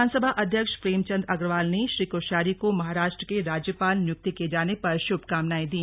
विधानसभा अध्यक्ष प्रेमचंद अग्रवाल ने श्री कोश्यारी को महाराष्ट्र के राज्यपाल नियुक्त किए जाने पर शुभकामनाएं दी